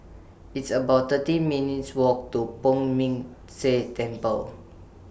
It's about thirteen minutes' Walk to Poh Ming Tse Temple